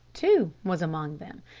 too, was among them.